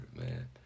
man